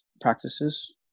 practices